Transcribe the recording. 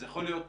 וזה יכול להיות,